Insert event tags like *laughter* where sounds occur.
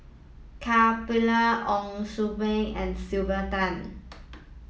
Ka Perumal Ong *unintelligible* Bee and Sylvia Tan